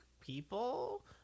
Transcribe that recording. people